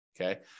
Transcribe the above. Okay